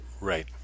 right